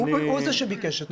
כי הוא זה שביקש את זה.